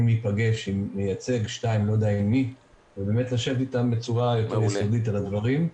יכולים להיפגש עם מייצג או שניים ולשבת איתם בצורה רצינית על הדברים.